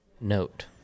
note